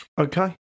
okay